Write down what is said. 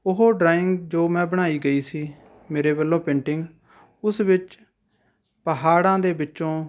ਉਹ ਡਰਾਇੰਗ ਜੋ ਮੈਂ ਬਣਾਈ ਗਈ ਸੀ ਮੇਰੇ ਵੱਲੋਂ ਪੇਟਿੰਗ ਉਸ ਵਿੱਚ ਪਹਾੜਾਂ ਦੇ ਵਿੱਚੋਂ